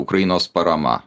ukrainos parama